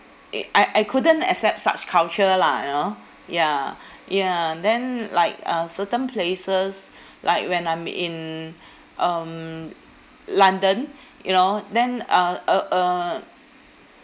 uh I I couldn't accept such culture lah you know ya ya then like uh certain places like when I'm in um london you know then uh uh uh